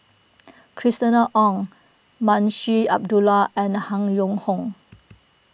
Christina Ong Munshi Abdullah and Han Yong Hong